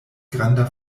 granda